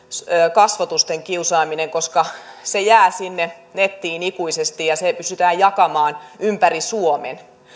kasvotusten kiusaaminen koska se jää sinne nettiin ikuisesti ja se pystytään jakamaan ympäri suomen